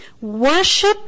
Worship